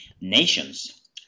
nations